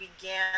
began